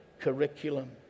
curriculum